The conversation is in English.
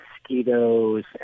mosquitoes